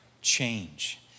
change